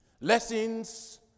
Lessons